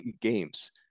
games